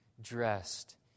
dressed